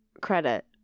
credit